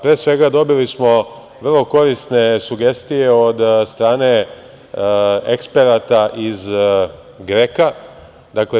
Pre svega, dobili smo vrlo korisne sugestije od strane eksperata iz GREKO-a.